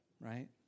Right